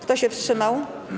Kto się wstrzymał?